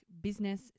business